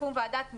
תקום ועדת מכרזים.